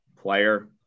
player